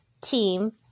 team